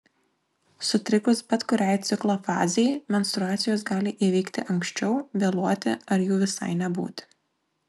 sutrikus bet kuriai ciklo fazei menstruacijos gali įvykti anksčiau vėluoti ar jų visai nebūti